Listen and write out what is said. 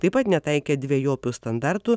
taip pat netaikė dvejopų standartų